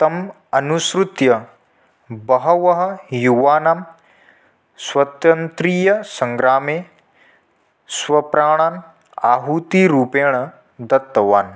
तम् अनुसृत्य बहवः युवानः स्वतन्त्रीयसङ्ग्रामे स्वप्राणान् आहुतिरूपेण दत्तवान्